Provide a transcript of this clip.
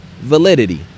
validity